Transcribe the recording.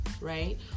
right